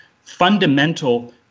fundamental